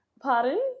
Pardon